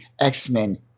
X-Men